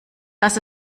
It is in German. das